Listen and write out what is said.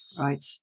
right